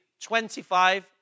25